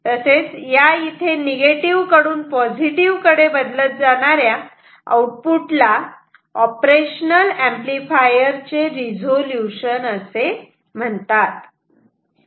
तर इथे या निगेटिव्ह कडून पॉझिटिव्ह कडे बदलत जाणाऱ्या आऊटफुट ला ऑपरेशनल ऍम्प्लिफायर चे रिझोल्युशन असे म्हणतात